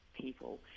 people